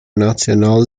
national